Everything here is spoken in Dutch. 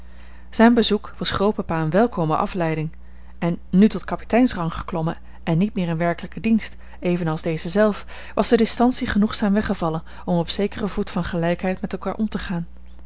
zijn bezoek was grootpapa eene welkome afleiding nu tot kapiteinsrang geklommen en niet meer in werkelijken dienst evenals deze zelf was de distantie genoegzaam weggevallen om op zekeren voet van gelijkheid met elkaar om te gaan